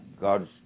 God's